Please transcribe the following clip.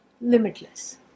limitless